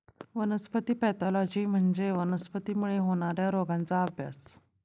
वनस्पती पॅथॉलॉजी म्हणजे वनस्पतींमुळे होणार्या रोगांचा अभ्यास